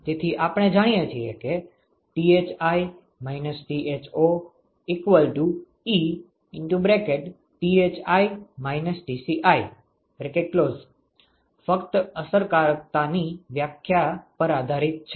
તેથી આપણે જાણીએ છીએ કે Thi - Tho 𝜀Thi - Tci ફક્ત અસરકારકતાની વ્યાખ્યા પર આધારિત છે